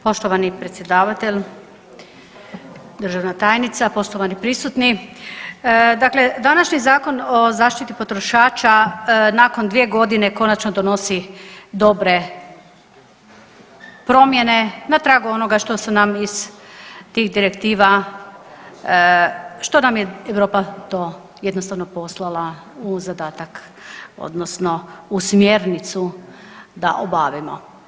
Poštovani predsjedavatelj, državna tajnica, poštovani prisutni dakle današnji Zakon o zaštiti potrošača nakon 2 godine konačno donosi dobre promjene na tragu onoga što su nam iz tih direktiva, što nam je Europa to jednostavno poslala u zadatak odnosno u smjernicu da obavimo.